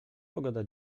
pogoda